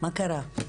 מה קרה.